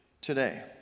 today